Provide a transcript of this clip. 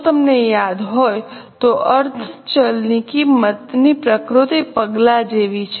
જો તમને યાદ હોય તો અર્ધ ચલ કિંમત ની પ્રકૃતિ પગલા જેવી છે